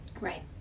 right